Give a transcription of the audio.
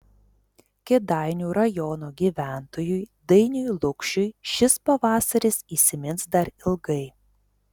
kėdainių rajono gyventojui dainiui lukšiui šis pavasaris įsimins dar ilgai